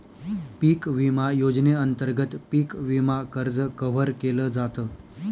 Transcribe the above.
पिक विमा योजनेअंतर्गत पिक विमा कर्ज कव्हर केल जात